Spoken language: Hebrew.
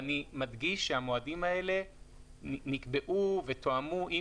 אני מדגיש שהמועדים האלה נקבעו ותואמו עם